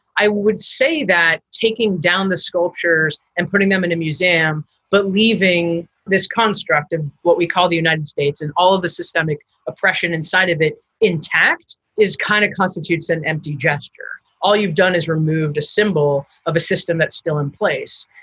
i would say that taking down the sculptures and putting them in a museum, but leaving this constructing what we call the united states and all of the systemic oppression inside of it intact is kind of constitutes an empty gesture. all you've done is removed a symbol of a system that's still in place.